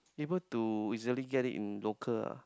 able to easily get it in local ah